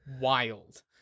wild